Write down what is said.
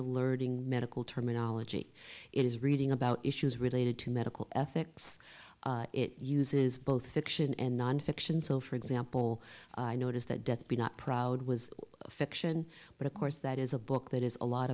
of alerting medical terminology it is reading about issues related to medical ethics it uses both fiction and nonfiction so for example i noticed that death be not proud was fiction but of course that is a book that is a lot